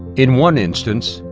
in one instance,